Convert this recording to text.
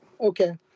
Okay